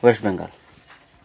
West Bengal